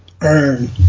earn